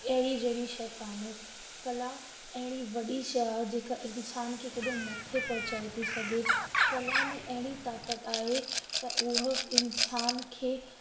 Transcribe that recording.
अहिड़ी जहिड़ी शइ काने कला अहिड़ी वॾी शइ आहे जेका इंसान खे केॾो मथे पहुचाए थी सघे कला में अहिड़ी ताक़त आहे त उहो इंसान खे